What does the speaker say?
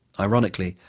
ironically,